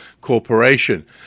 Corporation